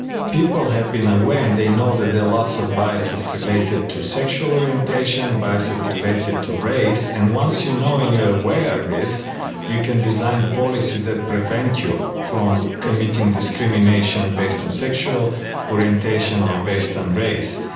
people have been aware and they know that there are lots of biases related to sexual orientation, biases related to race, and once you know and you are aware of this you can design policy that prevents you from committing discrimination based on sexual orientation or based on race.